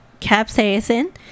capsaicin